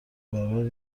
برابر